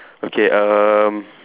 okay um